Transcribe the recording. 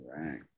right